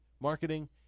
marketing